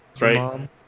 Right